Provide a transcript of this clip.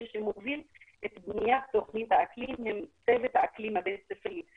מי שמוביל את בניית תוכנית האקלים הם צוות האקלים הבית ספרי.